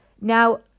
Now